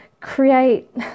create